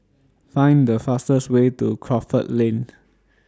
Find The fastest Way to Crawford Lane